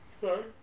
Sorry